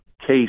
case